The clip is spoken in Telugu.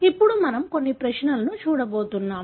ఇప్పుడు మనం కొన్ని ప్రశ్నలను చూడబోతున్నాం